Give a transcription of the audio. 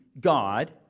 God